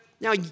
Now